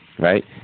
Right